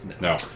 No